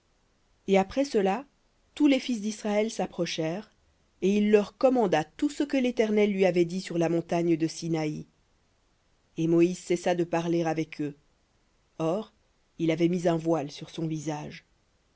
et après cela tous les fils d'israël s'approchèrent et il leur commanda tout ce que l'éternel lui avait dit sur la montagne de sinaï et moïse cessa de parler avec eux or il avait mis un voile sur son visage